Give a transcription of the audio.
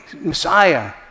Messiah